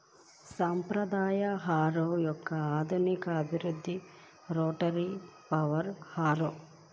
సాంప్రదాయ హారో యొక్క ఆధునిక అభివృద్ధి రోటరీ పవర్ హారో